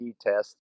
test